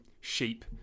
sheep